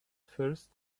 first